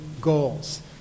goals